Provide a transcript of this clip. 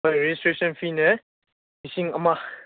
ꯍꯣꯏ ꯔꯦꯖꯤꯁꯇ꯭ꯔꯦꯁꯟ ꯐꯤꯅꯦ ꯂꯤꯁꯤꯡ ꯑꯃ